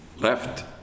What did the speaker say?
left